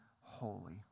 holy